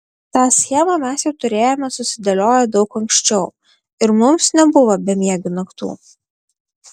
tą schemą mes jau turėjome susidėlioję daug ankščiau ir mums nebuvo bemiegių naktų